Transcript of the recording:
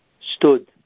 stood